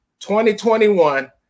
2021